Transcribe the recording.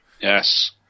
Yes